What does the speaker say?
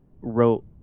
wrote